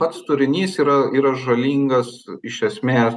pats turinys yra yra žalingas iš esmės